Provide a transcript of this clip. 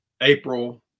april